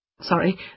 Sorry